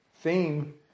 theme